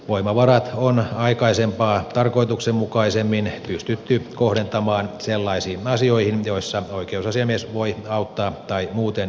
voimavarat on aikaisempaa tarkoituksenmukaisemmin pystytty kohdentamaan sellaisiin asioihin joissa oikeusasiamies voi auttaa tai muuten ryhtyä toimenpiteisiin